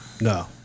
No